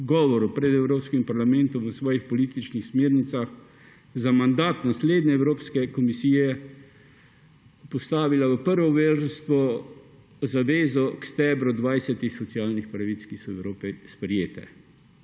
govoru pred evropskim parlamentom v svojih političnih smernicah za mandat naslednje evropske komisije postavila v prvo vrsto zavezo k stebru 20 socialnih pravic, ki so v Evropi sprejete,